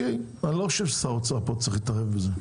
טוב, לא חושב ששר האוצר צריך להתערב בזה.